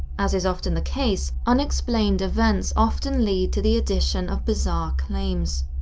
as is often the case, unexplained events often lead to the addition of bizarre claims.